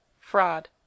Fraud